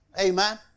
Amen